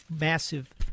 massive